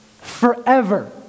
forever